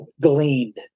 gleaned